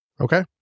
Okay